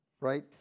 right